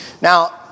Now